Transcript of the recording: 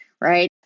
right